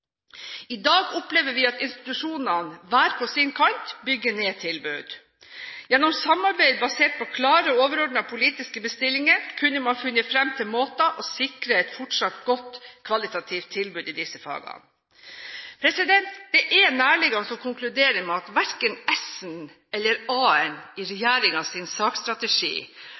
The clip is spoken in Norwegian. I dag opplever vi at institusjonene hver på sin kant bygger ned tilbud. Gjennom samarbeid basert på klare overordnede politiske bestillinger kunne man funnet frem til måter å sikre et fortsatt godt kvalitativt tilbud i disse fagene. Det er nærliggende å konkludere med at verken S-en eller A-en i